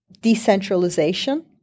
decentralization